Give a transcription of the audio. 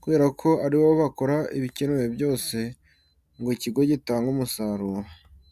kubera ko ari bo bakora ibikenewe byose ngo ikigo gitange umusaruro.